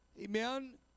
amen